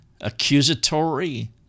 accusatory